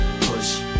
push